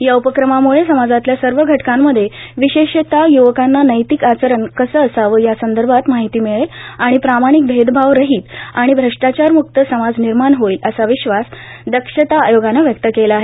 या उपक्रमामुळे समाजातल्या सर्व घटकांमध्ये विशेषतः युवकांना नैतिक आचरण कसं असावं यासंदर्भात माहिती मिळेल आणि प्रामाणिक भेदभाव रहित आणि भ्रष्टाचारम्क्त समाज निर्माण होईल असा विश्वास दक्षता आयोगानं व्यक्त केला आहे